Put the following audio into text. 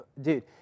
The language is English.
dude